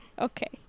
Okay